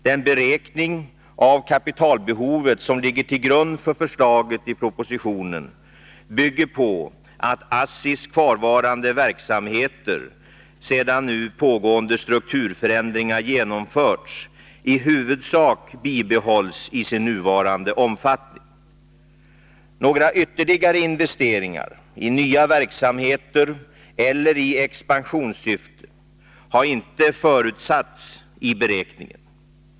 Den beräkning av kapitalbehovet som ligger till grund för förslaget i propositionen bygger på att ASSI:s kvarvarande verksamheter sedan nu pågående strukturförändringar genomförts i huvudsak bibehålls i sin nuvarande omfattning. Några ytterligare investeringar i nya verksamheter eller i expansionssyfte har inte förutsatts i beräkningen.